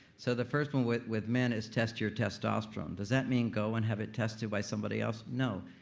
so the first one with with men is test your testosterone does that mean go and have it tested by somebody else? no.